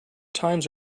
times